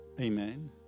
Amen